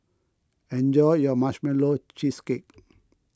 enjoy your Marshmallow Cheesecake